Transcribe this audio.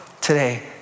today